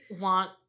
want